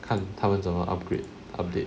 看他们怎么 upgrade update